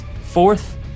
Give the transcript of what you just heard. fourth